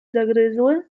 zagryzły